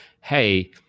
hey